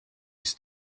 his